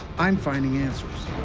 i'm finding answers.